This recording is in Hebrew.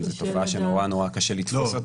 זו תופעה שנורא נורא קשה לתפוס.